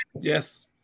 Yes